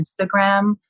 Instagram